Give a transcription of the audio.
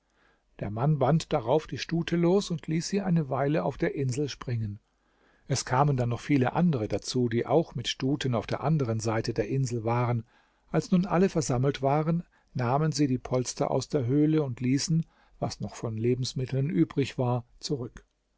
der mann band darauf die stute los und ließ sie eine weile auf der insel springen es kamen dann noch viele andere dazu die auch mit stuten auf der anderen seite der insel waren als nun alle versammelt waren nahmen sie die polster aus der höhle und ließen was noch von lebensmitteln übrig war zurück